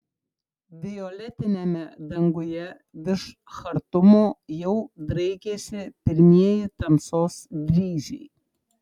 violetiniame danguje virš chartumo jau draikėsi pirmieji tamsos dryžiai